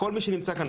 כל מי שנמצא כאן,